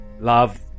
love